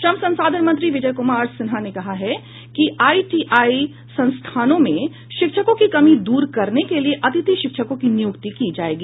श्रम संसाधन मंत्री विजय कुमार सिन्हा ने कहा है कि आईटीआई संस्थानों में शिक्षकों की कमी दूर करने के लिए अतिथि शिक्षकों की नियुक्ति की जायेगी